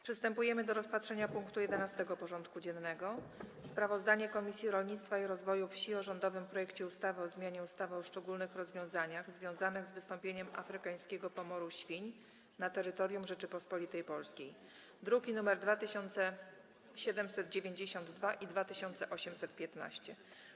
Przystępujemy do rozpatrzenia punktu 11. porządku dziennego: Sprawozdanie Komisji Rolnictwa i Rozwoju Wsi o rządowym projekcie ustawy o zmianie ustawy o szczególnych rozwiązaniach związanych z wystąpieniem afrykańskiego pomoru świń na terytorium Rzeczypospolitej Polskiej (druki nr 2792 i 2815)